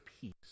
peace